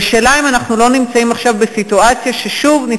אז השאלה אם אנחנו לא נמצאים עכשיו בסיטואציה שבעוד כמה